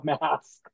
mask